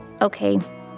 Okay